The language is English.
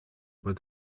but